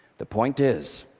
the point is,